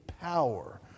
power